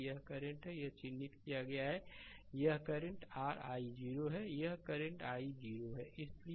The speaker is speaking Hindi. यह करंटयहाँ है यह चिह्नित किया गया है कि यह करंट r i0 है यहाँ करंट I0 है इसलिए